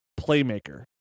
playmaker